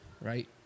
right